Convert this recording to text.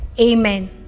Amen